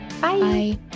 Bye